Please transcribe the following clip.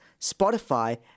Spotify